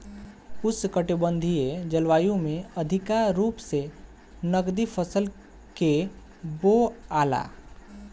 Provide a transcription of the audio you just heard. उष्णकटिबंधीय जलवायु में अधिका रूप से नकदी फसल के बोआला